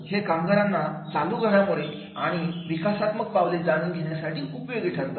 हे कामगारांना चा चालू घडामोडी आणि विकासात्मक पावले जाणून घेण्यासाठी उपयोगी ठरते